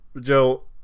Joe